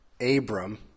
Abram